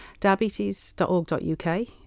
Diabetes.org.uk